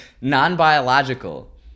non-biological